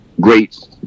great